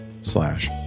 slash